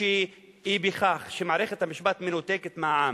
היא שמערכת המשפט מנותקת מהעם.